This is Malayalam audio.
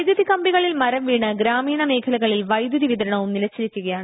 വൈദ്യുതി കമ്പികളിൽ മരംവീണ് ഗ്രാമീണ മേഖലകളിൽ ്വെദ്യുതി വിതരണവും നിലച്ചിരിക്കുകയാണ്